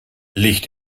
licht